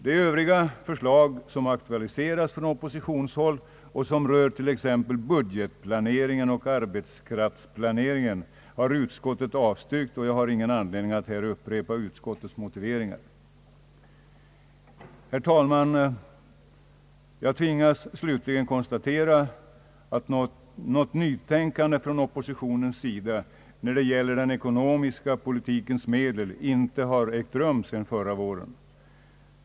De övriga förslag som aktualiseras från oppositionshåll och som rör t.ex. budgetplaneringen och arbetskraftsplaneringen har utskottet avstyrkt, och jag har ingen anledning att här upprepa utskottets motiveringar. Herr talman! Jag tvingas slutligen konstatera att något nytänkande från oppositionens sida när det gäller den ekonomiska politikens medel inte har ägt rum sedan förra våren.